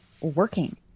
working